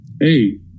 hey